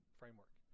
framework